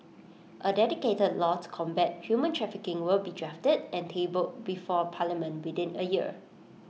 A dedicated law to combat human trafficking will be drafted and tabled before parliament within A year